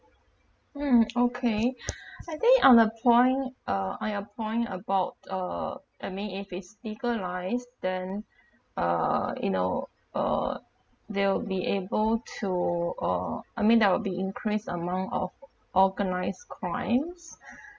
mm okay I think on the point uh I appoint about uh I mean if is legalise then uh you know uh they'll be able to uh I mean there'll be increase amount of organised crimes